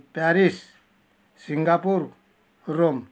Paris Singapore Rome